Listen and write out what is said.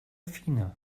fine